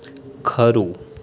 ખરું